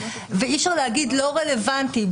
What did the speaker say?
ואי-אפשר להגיד: לא רלוונטי,